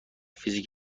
فیزیک